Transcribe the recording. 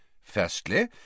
Firstly